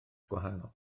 gwahanol